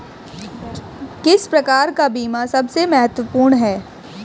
किस प्रकार का बीमा सबसे महत्वपूर्ण है?